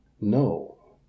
No